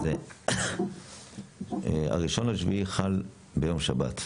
אז ה-1 ביולי חל ביום שבת.